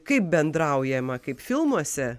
kaip bendraujama kaip filmuose